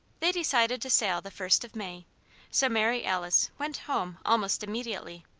they decided to sail the first of may so mary alice went home almost immediately,